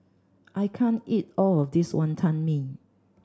I can't eat all of this Wonton Mee